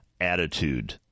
attitude